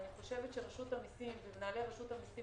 אני חושבת שרשות המיסים ומנהלי רשות המיסים